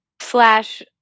slash